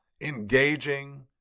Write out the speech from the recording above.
engaging